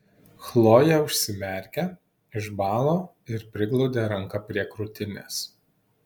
chlojė užsimerkė išbalo ir priglaudė ranką prie krūtinės